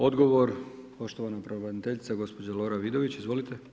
Odgovor poštovana pravobraniteljica gospođa Lora Vidović, izvolite.